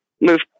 move